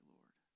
Lord